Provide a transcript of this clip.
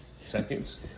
seconds